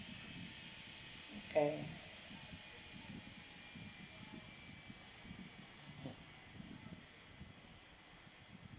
can